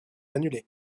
annulé